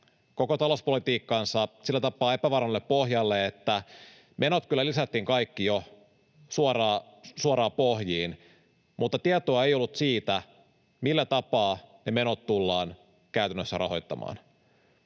koko talouspolitiikkansa sillä tapaa epävarmalle pohjalle, että menot kyllä lisättiin kaikki jo suoraan pohjiin mutta tietoa ei ollut siitä, millä tapaa ne menot tullaan käytännössä rahoittamaan.